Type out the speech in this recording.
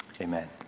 amen